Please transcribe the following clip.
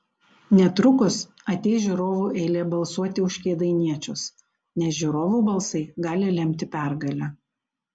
netrukus ateis žiūrovų eilė balsuoti už kėdainiečius nes žiūrovų balsai gali lemti pergalę